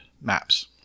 maps